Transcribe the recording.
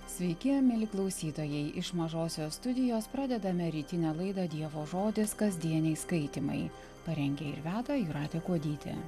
sveiki mieli klausytojai iš mažosios studijos pradedame rytinę laidą dievo žodis kasdieniai skaitymai parengė ir veda jūratė kuodytė